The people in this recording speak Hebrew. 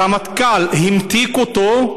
הרמטכ"ל המתיק אותו,